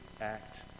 act